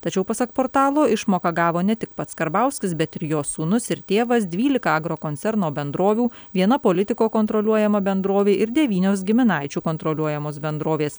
tačiau pasak portalo išmoką gavo ne tik pats karbauskis bet ir jo sūnus ir tėvas dvylika agrokoncerno bendrovių viena politiko kontroliuojama bendrovė ir devynios giminaičių kontroliuojamos bendrovės